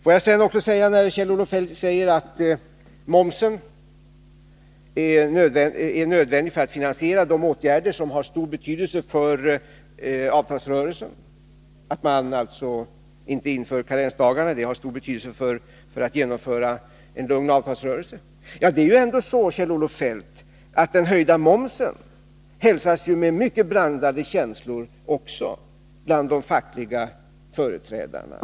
Kjell-Olof Feldt säger att en höjning av momsen är nödvändig för att finansiera åtgärder som har stor betydelse för avtalsrörelsen — att man inte inför karensdagarna har stor betydelse för möjligheterna att genomföra en lugn avtalsrörelse. Det är ju ändå så, Kjell-Olof Feldt, att förslaget om höjd moms hälsas med mycket blandade känslor också bland de fackliga företrädarna.